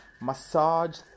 massage